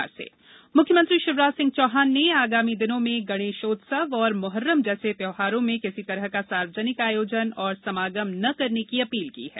मुख्यमंत्री बैठक मुख्यमंत्री शिवराज सिंह चौहान ने आगामी दिनों में गणेश उत्सव और मोहर्रम जैसे त्यौहारों में किसी तरह का सार्वजनिक आयोजन और समागम ने करने की अपील की है